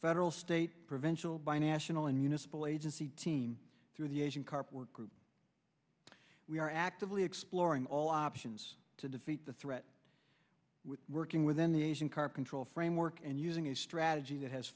federal state prevention binational and municipal agency team through the asian carp work group we are actively exploring all options to defeat the threat we're working with in the asian carp control framework and using a strategy that has